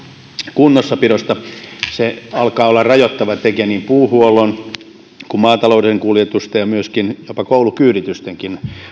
kunnossapidosta se alkaa olla rajoittava tekijä niin puuhuollon kuin maatalouden kuljetusten ja myöskin jopa koulukyyditysten